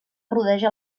rodeja